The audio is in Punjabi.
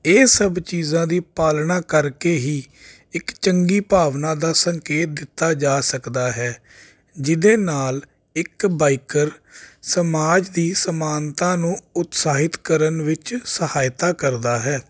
ਇਹ ਸਭ ਚੀਜ਼ਾਂ ਦੀ ਪਾਲਣਾ ਕਰਕੇ ਹੀ ਇੱਕ ਚੰਗੀ ਭਾਵਨਾ ਦਾ ਸੰਕੇਤ ਦਿੱਤਾ ਜਾ ਸਕਦਾ ਹੈ ਜਿਹਦੇ ਨਾਲ ਇੱਕ ਬਾਈਕਰ ਸਮਾਜ ਦੀ ਸਮਾਨਤਾ ਨੂੰ ਉਤਸ਼ਾਹਿਤ ਕਰਨ ਵਿੱਚ ਸਹਾਇਤਾ ਕਰਦਾ ਹੈ